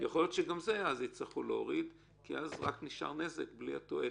יכול להיות שיצטרכו להוריד אז גם את זה כי אז אולי נשאר נזק בלי תועלת.